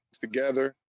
together